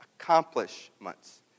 accomplishments